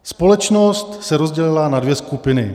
Společnost se rozdělila na dvě skupiny.